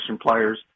players